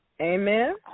Amen